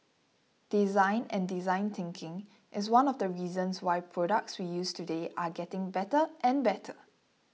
design and design thinking is one of the reasons why products we use today are getting better and better